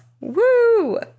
Woo